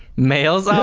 males.